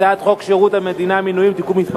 הצעת חוק שירות המדינה (מינויים) (תיקון מס'